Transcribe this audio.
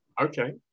Okay